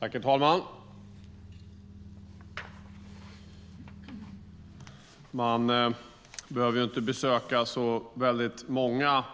Herr talman! Man behöver inte besöka så många